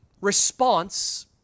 response